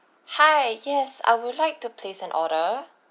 hi yes I would like to place an order